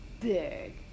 big